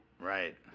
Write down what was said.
Right